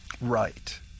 right